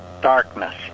darkness